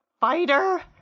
fighter